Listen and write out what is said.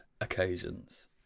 occasions